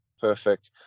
Perfect